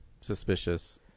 suspicious